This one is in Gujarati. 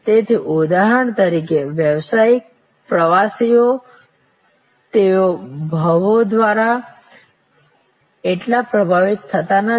તેથી ઉદાહરણ તરીકે વ્યવસાયિક પ્રવાસીઓ તેઓ ભાવો દ્વારા એટલા પ્રભાવિત થતા નથી